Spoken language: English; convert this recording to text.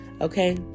okay